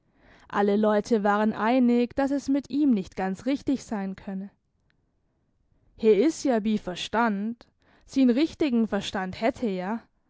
alle leute waren einig dass es mit ihm nicht ganz richtig sein könne he is ja bi verstand sin richtigen verstand hätt he ja